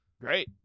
Great